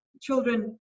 children